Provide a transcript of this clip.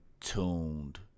tuned